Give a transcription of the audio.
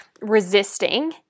resisting